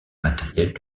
matériels